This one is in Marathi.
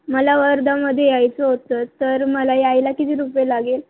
मला वर्ध्यामध्ये यायचं होतं तर मला यायला किती रुपये लागेल